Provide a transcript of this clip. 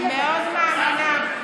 מאוד מאמינה.